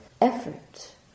effort